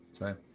right